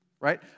right